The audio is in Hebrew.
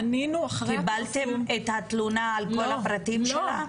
פנינו אחרי הפרסום --- קיבלתם את התלונה על כל הפרטים שלה?